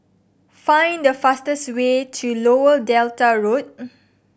find the fastest way to Lower Delta Road